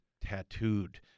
tattooed